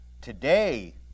Today